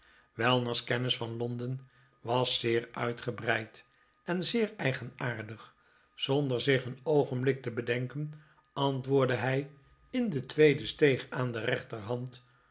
weller s kennis van londen was zeer uitgebreid en zeer eigenaardig zonder zich een oogenblik te bedenken antwoordde hij in de tweede steeg aan de rechterhand